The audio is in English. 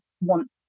want